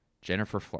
Jennifer